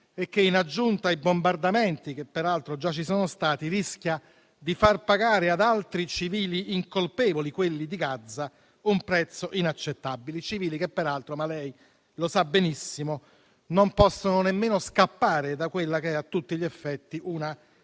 e che, in aggiunta ai bombardamenti, che peraltro già ci sono stati, rischia di far pagare ad altri civili incolpevoli, quelli di Gaza, un prezzo inaccettabile; civili che peraltro - come lei sa benissimo - non possono nemmeno scappare da quella che è a tutti gli effetti una